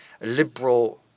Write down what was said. liberal